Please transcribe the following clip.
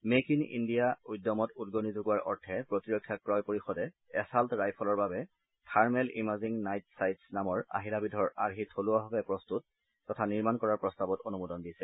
make in India উদ্যমত উদগনি যোগোৱাৰ অৰ্থে প্ৰতিৰক্ষা ক্ৰয় পৰিষদে এছাল্ট ৰাইফলৰ বাবে থাৰ্মেল ইমাজিং নাইট ছাইটছ নামৰ আহিলাবিধৰ আৰ্হি থলুৱাভাৱে প্ৰস্তত তথা নিৰ্মাণ কৰাৰ প্ৰস্তাৱত অনুমোদন দিছে